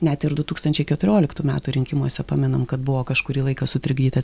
net ir du tūkstančiai keturioliktų metų rinkimuose pamenam kad buvo kažkurį laiką sutrukdyta